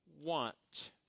want